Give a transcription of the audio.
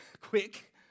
quick